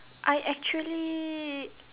I actually